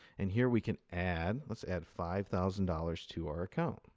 and here we can add. let's add five thousand dollars to our account.